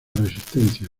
resistencia